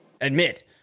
admit